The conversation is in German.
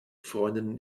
freundinnen